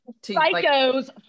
Psychos